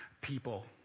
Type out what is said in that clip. people